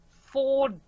four